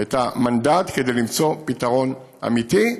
את המנדט כדי למצוא פתרון אמיתי,